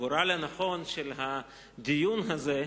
הגורל הנכון של הדיון הזה,